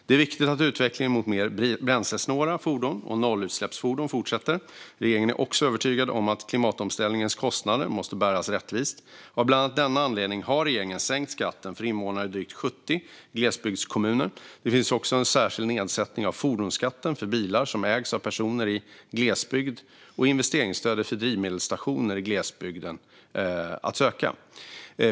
Det är viktigt att utvecklingen mot mer bränslesnåla fordon och nollutsläppsfordon fortsätter. Regeringen är också övertygad om att klimatomställningens kostnader måste bäras rättvist. Av bland annat denna anledning har regeringen sänkt skatten för invånare i drygt 70 glesbygdskommuner. Det finns också en särskild nedsättning av fordonsskatten för bilar som ägs av personer i glesbygd och investeringsstöd för drivmedelsstationer i glesbygd att söka.